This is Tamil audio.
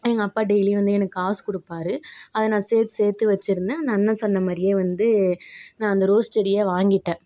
எங்கள் அப்பா டெய்லியும் வந்து எனக்கு காசு கொடுப்பாரு அதை நான் சேர்த்து சேர்த்து வச்சுருந்தேன் அந்த அண்ணா சொன்னமாதிரியே வந்து நான் அந்த ரோஸ் செடியை வாங்கிகிட்டேன்